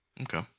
Okay